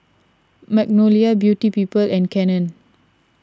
Magnolia Beauty People and Canon